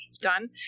done